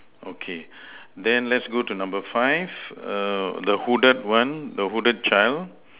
okay then let's go to number five err the hooded one the hooded child